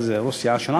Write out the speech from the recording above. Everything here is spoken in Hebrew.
הייתה אז ראש הסיעה שלנו,